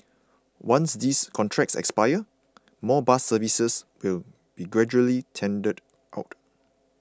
once these contracts expire more bus services will be gradually tendered out